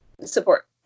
support